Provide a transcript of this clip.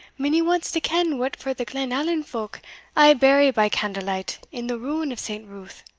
minnie wants to ken what for the glenallan folk aye bury by candle-light in the ruing of st. ruth!